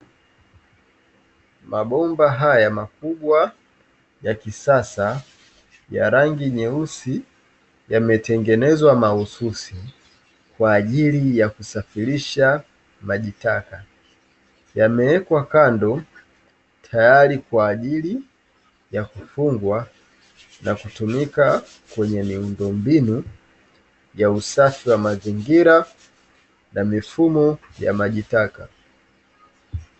Mabomba haya makubwa ya kisasa ya rangi nyeusi, yametengenezwa mahususi kwa ajili ya kusafirisha majitaka. Yamewekwa kando tayari kwa ajili ya kufungwa, na kutumika kwenye miundombinu ya usafi wa mazingira na mifumo ya majitaka.